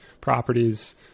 properties